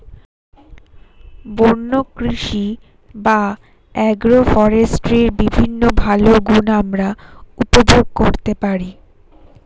বন্য কৃষি বা অ্যাগ্রো ফরেস্ট্রির বিভিন্ন ভালো গুণ আমরা উপভোগ করতে পারি